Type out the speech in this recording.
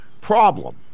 Problem